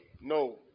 No